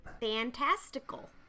Fantastical